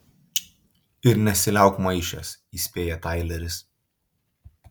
ir nesiliauk maišęs įspėja taileris